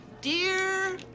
dear